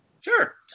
Sure